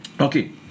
Okay